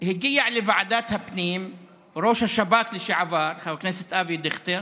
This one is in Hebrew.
הגיע לוועדת הפנים ראש השב"כ לשעבר חבר הכנסת אבי דיכטר,